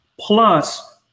Plus